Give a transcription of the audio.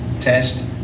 test